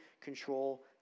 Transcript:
control